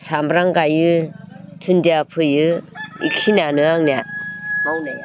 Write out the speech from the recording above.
सामब्राम गायो दुनदिया फोयो बेखिनियानो आंनिया मावनाया